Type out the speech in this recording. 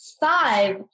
five